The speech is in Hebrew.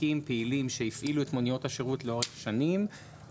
ותיקים פעילים שהפעילו את מוניות השירות לאורך שנים,